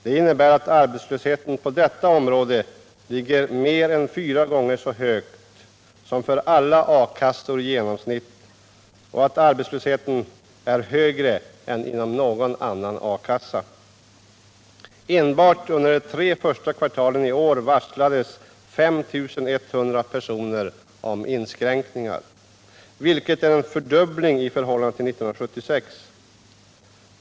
Det innebär att arbetslösheten på detta område ligger mer än fyra gånger så högt som för alla A-kassor i genomsnitt och att arbetslösheten är högre än inom någon annan A-kassa. Enbart under de tre första kvartalen i år varslades 5 100 personer om inskränkningar, vilket är en fördubbling i förhållande till 1976.